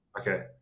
okay